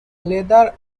leather